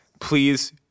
please